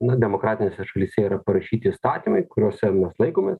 na demokratinėse šalyse yra parašyti įstatymai kuriuose mes laikomės